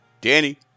Danny